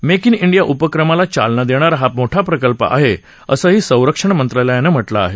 make in India उपक्रमाला चालना देणारा हा मोठा प्रकल्प आहे असंही संरक्षण मंत्रालयानं म्हटलं आहे